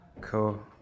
Cool